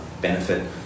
benefit